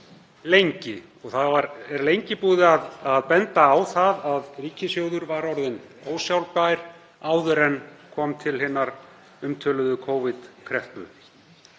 lengi. Það hefur lengi verið bent á það að ríkissjóður var orðinn ósjálfbær áður en kom til hinar umtöluðu Covid-kreppu.